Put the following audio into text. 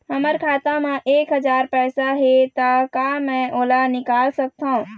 हमर खाता मा एक हजार पैसा हे ता का मैं ओला निकाल सकथव?